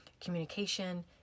communication